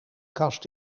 kast